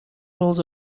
rolls